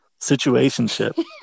Situationship